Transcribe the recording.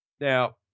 Now